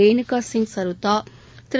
ரேணுகா சிங் சருத்தா திரு